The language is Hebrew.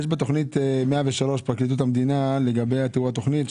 יש בתוכנית 103 פרקליטות המדינה לגבי תיאור התוכנית,